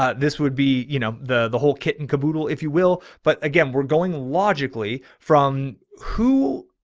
ah this would be, you know, the, the whole kitten caboodle, if you will. but again, we're going logically from who.